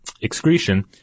excretion